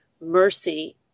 mercy